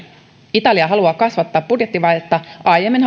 italia haluaa kasvattaa budjettivajetta hallituksen aiemmin